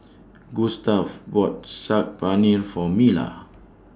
Gustave bought Saag Paneer For Mila